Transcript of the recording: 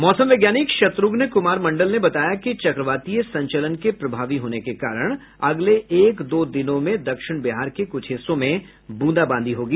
मौसम वैज्ञानिक शत्र्घ्न कुमार मंडल ने बताया कि चक्रवातीय संचलन के प्रभावी होने के कारण अगले एक दो दिनों में दक्षिण बिहार के कुछ हिस्सों में बूंदा बांदी होगी